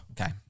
Okay